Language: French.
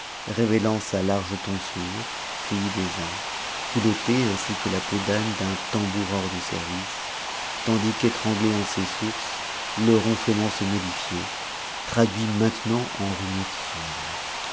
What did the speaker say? révélant sa large tonsure fille des ans culottée ainsi que la peau d'âne d'un tambour hors de service tandis qu'étranglé en ses sources le ronflement se modifiait traduit maintenant en rumeurs sourdes